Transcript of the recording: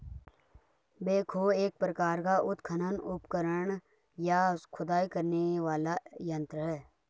backhoe एक प्रकार का उत्खनन उपकरण, या खुदाई करने वाला यंत्र है